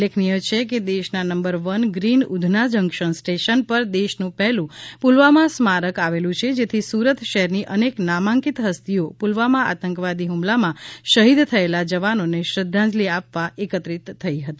ઉલ્લેખનીય છે કે દેશના number one green Udhna junction station પર દેશનું પહેલું પુલવામા સ્મારક આવેલું છે જેથી સુરત શહેરની અનેક નામાંકિત હસ્તીઓ પુલવામા આતંકવાદી હ્મલામાં શહીદ થયેલા જવાનોને શ્રદ્ધાંજલિ આપવા એકત્રીત થઈ હતી